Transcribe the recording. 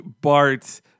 Bart